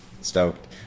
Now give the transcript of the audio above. stoked